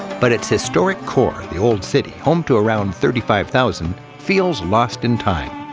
but its historic core, the old city home to around thirty five thousand feels lost in time.